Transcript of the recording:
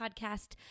podcast